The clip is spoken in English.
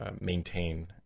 maintain